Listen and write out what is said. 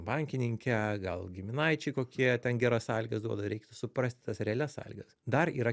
bankininke gal giminaičiai kokie ten geras sąlygas duoda reiktų suprast tas realias sąlygas dar yra